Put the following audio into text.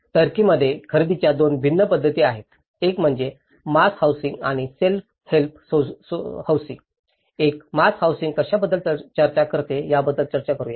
टर्कीमध्ये खरेदीच्या दोन भिन्न पद्धती आहेत एक म्हणजे मास हौसिंग आणि सेल्फ हेल्प हौसिंग एक मास हौसिंग कशाबद्दल चर्चा करते याबद्दल चर्चा करूया